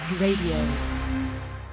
Radio